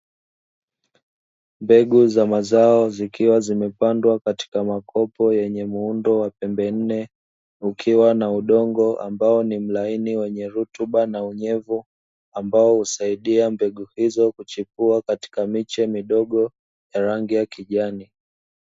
Mbegu za mazao zikiwa zimepandwa katika makopo yenye muundo wa pembe nne, ukiwa na udongo ambao ni mlaini wenye rutuba na unyevu, ambao husaidia mbegu hizo kuchipua katika miche midogo ya rangi ya kijani.